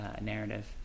narrative